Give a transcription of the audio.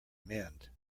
mend